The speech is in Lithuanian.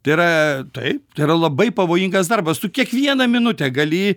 tai yra taip tai yra labai pavojingas darbas tu kiekvieną minutę gali